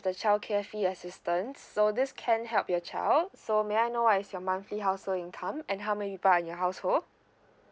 the childcare fee assistance so this can help your child so may I know what is your monthly household income and how many people are in your household